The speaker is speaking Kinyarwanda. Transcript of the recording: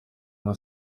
nka